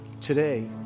today